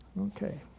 Okay